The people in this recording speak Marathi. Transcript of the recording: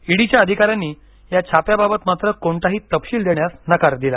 ईडीच्या अधिकाऱ्यांनी या छाप्याबाबत मात्र कोणताही तपशील देण्यास नकार दिला